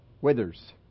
withers